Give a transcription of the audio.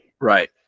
Right